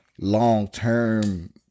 long-term